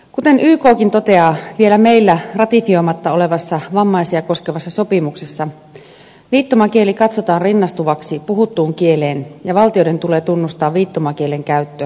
kuten ykkin toteaa vielä meillä ratifioimatta olevassa vammaisia koskevassa sopimuksessa viittomakieli katsotaan rinnastuvaksi puhuttuun kieleen ja valtioiden tulee tunnustaa viittomakielen käyttö ja tukea sitä